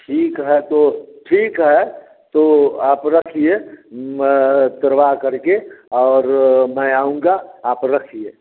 ठीक है तो ठीक है तो आप रखिए मैं करवा करके और मैं आऊँगा आप रखिए